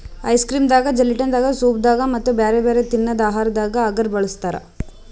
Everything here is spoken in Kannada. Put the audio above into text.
ಐಸ್ಕ್ರೀಮ್ ದಾಗಾ ಜೆಲಟಿನ್ ದಾಗಾ ಸೂಪ್ ದಾಗಾ ಮತ್ತ್ ಬ್ಯಾರೆ ಬ್ಯಾರೆ ತಿನ್ನದ್ ಆಹಾರದಾಗ ಅಗರ್ ಬಳಸ್ತಾರಾ